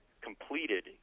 completed